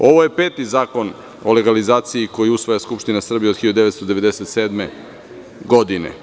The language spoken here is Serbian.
Ovo je peti Zakon o legalizaciji koji usvaja Skupština Srbije od 1997. godine.